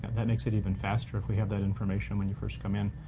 that makes it even faster if we have that information when you first come in,